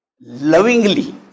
lovingly